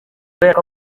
kubera